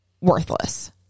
worthless